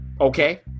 okay